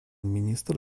министр